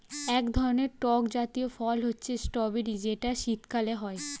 এক ধরনের টক জাতীয় ফল হচ্ছে স্ট্রবেরি যেটা শীতকালে হয়